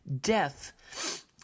death